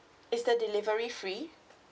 is the delivery free